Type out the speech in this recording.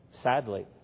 Sadly